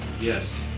Yes